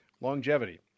Longevity